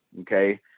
okay